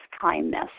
kindness